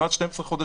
עד 12 חודשים,